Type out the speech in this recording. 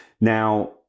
Now